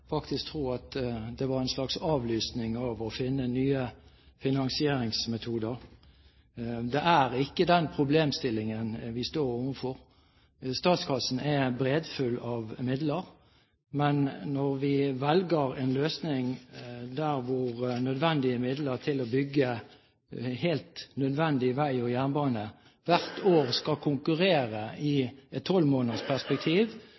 faktisk tro at det var en viss avlysning av å finne nye finansieringsmetoder. Det er ikke den problemstillingen vi står overfor. Statskassen er breddfull av midler, men når vi velger en løsning hvor nødvendige midler til å bygge helt nødvendig vei og jernbane hvert år skal konkurrere i et tolvmåneders perspektiv